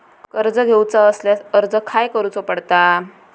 कर्ज घेऊचा असल्यास अर्ज खाय करूचो पडता?